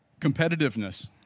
Competitiveness